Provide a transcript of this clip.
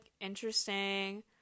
interesting